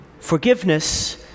Forgiveness